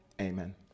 Amen